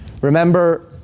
Remember